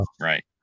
Right